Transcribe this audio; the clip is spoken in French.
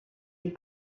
est